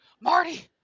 Marty